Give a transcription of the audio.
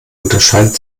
unterscheiden